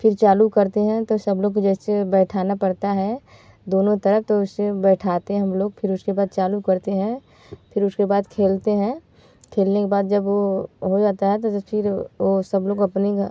फिर चालू करते हैं तो सब लोग को जैसे बैठाना पड़ता है दोनों तरफ़ तो उसे बैठाते हैं हम लोग फिर उसके बाद चालू करते हैं फिर उसके बाद खेलते हैं खेलने के बाद जब वो हो जाता है तो फिर ओ सब लोग अपने